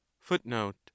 Footnote